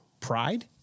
pride